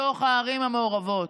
בתוך הערים המעורבות,